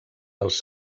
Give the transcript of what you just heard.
dels